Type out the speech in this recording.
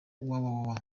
www